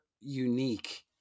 unique